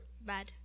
Bad